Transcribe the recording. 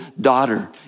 daughter